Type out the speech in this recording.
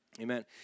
Amen